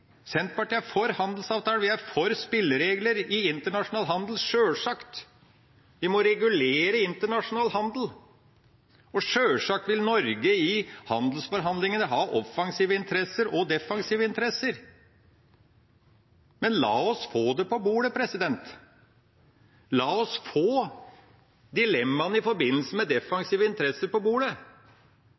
Senterpartiet er for handelsavtaler, vi er for spilleregler i internasjonal handel, sjølsagt. Vi må regulere internasjonal handel. Og sjølsagt vil Norge i handelsforhandlingene ha offensive interesser og defensive interesser. Men la oss få det på bordet. La oss få dilemmaene i forbindelse med defensive interesser på bordet.